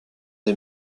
des